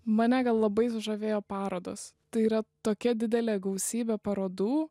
mane gal labai sužavėjo parodos tai yra tokia didelė gausybė parodų